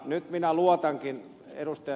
nyt minä luotankin ed